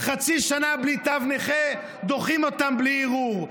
חצי שנה בלי תו נכה ודוחים אותם בלי ערעור.